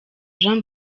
jean